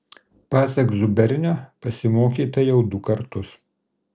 pasak zubernio pasimokyta jau du kartus